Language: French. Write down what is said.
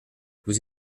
vous